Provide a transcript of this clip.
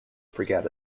forget